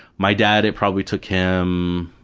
my dad, it probably took him i